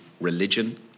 religion